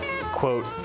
quote